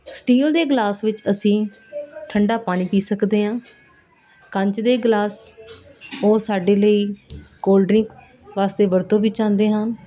steel ਦੇ glass ਵਿੱਚ ਅਸੀਂ ਠੰਡਾ ਪਾਣੀ ਪੀ ਸਕਦੇ ਹਾਂ ਕੰਚ ਦੇ ਗਲਾਸ ਉਹ ਸਾਡੇ ਲਈ ਕੋਲਡ ਡ੍ਰਿੰਕ ਵਾਸਤੇ ਵਰਤੋਂ ਵਿੱਚ ਆਉਂਦੇ ਹਨ